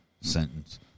sentence